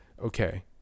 okay